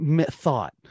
thought